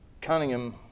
Cunningham